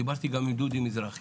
דיברתי גם עם דוד מזרחי,